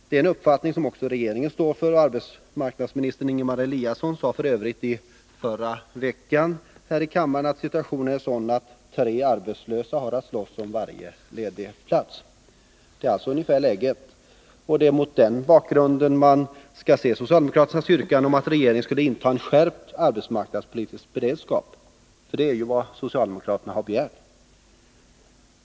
Det är en uppfattning som också regeringen står för, och arbetsmarknadsministern Ingemar Eliasson sade f. ö. i förra veckan att situationen är sådan att tre arbetslösa har att slåss om varje ledig plats. Så är alltså läget. Det är mot den bakgrunden man skall se socialdemokraternas yrkande om att regeringen skulle inta en skärpt arbetsmarknadspolitisk beredskap. Det är ju vad socialdemokraterna har begärt.